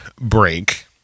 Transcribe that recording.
break